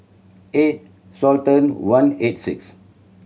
eight thousand one eighty six